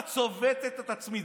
אני צובט את עצמי.